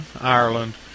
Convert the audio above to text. Ireland